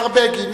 השר בגין,